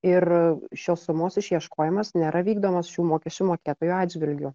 ir šios sumos išieškojimas nėra vykdomas šių mokesčių mokėtojų atžvilgiu